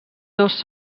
dos